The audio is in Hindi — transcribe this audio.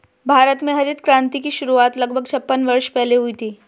भारत में हरित क्रांति की शुरुआत लगभग छप्पन वर्ष पहले हुई थी